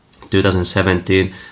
2017